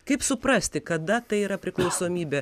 kaip suprasti kada tai yra priklausomybė